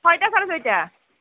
ছয়টা চাৰে ছয়টা